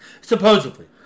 Supposedly